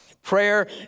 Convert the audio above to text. Prayer